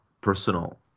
personal